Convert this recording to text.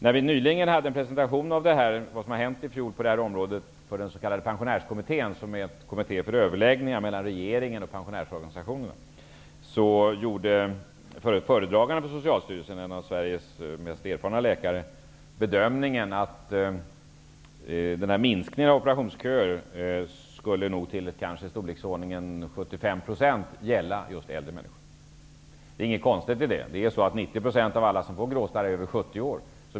När vi nyligen hade en presentation av vad som hänt i fjol på det här området inför Pensionärskommittén, som är en kommitté för överläggningar mellan regeringen och pensionärsorganisationer, så gjorde föredragaren från Socialstyrelsen, en av Sveriges mest erfarna läkare, bedömningen att de kortade operationsköerna i storleksordningen 75 % skulle gälla just äldre människor. Det är inget konstigt i det. 90 % av alla som får gråstarr är över 70 år.